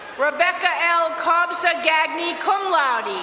rebecca l. cobsa gagne, cum laude.